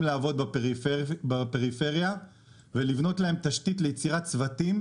לעבוד בפריפריה ולבנות להם תשתית ליצירת צוותים,